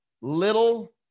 Little